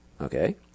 okay